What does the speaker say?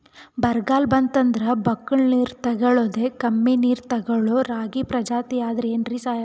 ಬರ್ಗಾಲ್ ಬಂತಂದ್ರ ಬಕ್ಕುಳ ನೀರ್ ತೆಗಳೋದೆ, ಕಮ್ಮಿ ನೀರ್ ತೆಗಳೋ ರಾಗಿ ಪ್ರಜಾತಿ ಆದ್ ಏನ್ರಿ ಸಾಹೇಬ್ರ?